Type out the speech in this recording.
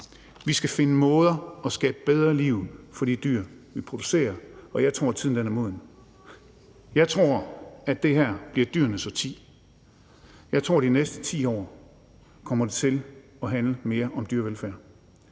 Vi skal finde måder at skabe bedre liv på for de dyr, vi producerer, og jeg tror, tiden er moden. Jeg tror, at det her bliver dyrenes årti. Jeg tror, at det de næste 10 år kommer til at handle mere om dyrevelfærd.